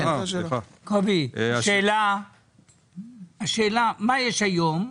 השאלה מה יש היום,